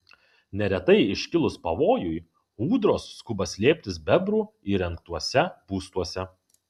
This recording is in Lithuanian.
neretai iškilus pavojui ūdros skuba slėptis bebrų įrengtuose būstuose